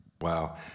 Wow